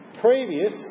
previous